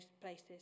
places